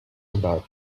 about